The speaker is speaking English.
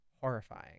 Horrifying